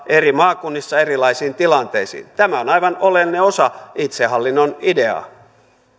eri maakunnissa erilaisiin tilanteisiin tämä on aivan oleellinen osa itsehallinnon ideaa